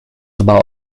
about